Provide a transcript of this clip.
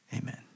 Amen